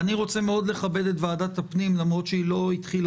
אני לא נכנס